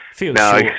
no